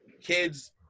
kids